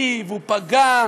העליב, הוא פגע,